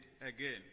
again